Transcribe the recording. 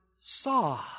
saw